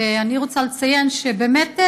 ואני רוצה לציין ש-באמת,